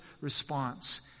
response